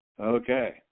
Okay